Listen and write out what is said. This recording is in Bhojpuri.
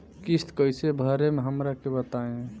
किस्त कइसे भरेम हमरा के बताई?